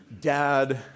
dad